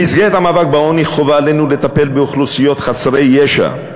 במסגרת המאבק בעוני חובה עלינו לטפל באוכלוסיות חסרי ישע,